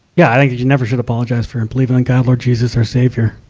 yeah. i think you should never should apologize for and believing in god lord jesus our savior.